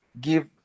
give